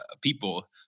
people